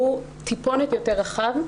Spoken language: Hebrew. שהוא טיפונת יותר רחב.